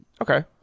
okay